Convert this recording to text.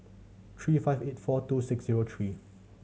three five eight four two six zero three